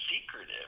secretive